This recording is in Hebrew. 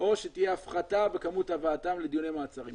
או שתהיה הפחתה בכמות הבאתם לדיוני מעצרים.